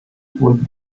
with